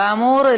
כאמור,